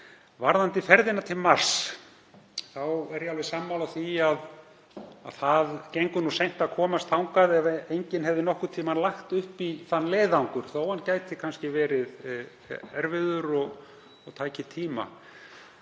Varðandi ferðina til Mars þá er ég alveg sammála því að það gengi seint að komast þangað ef enginn hefði nokkurn tímann lagt upp í þann leiðangur þó að hann gæti kannski verið erfiður og tæki tíma.